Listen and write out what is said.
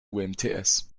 umts